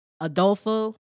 Adolfo